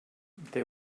they